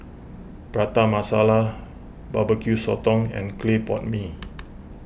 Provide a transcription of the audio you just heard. Prata Masala BBQ Sotong and Clay Pot Mee